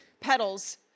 petals